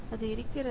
அது இருக்கிறது